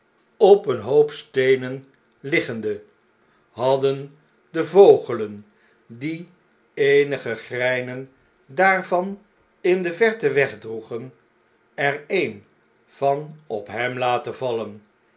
op een hoop steenen lgende hadden de vogelen die eenige greinen daarvan in de verte wegdroegen er ee'n van op hem laten vallen